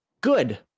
good